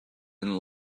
and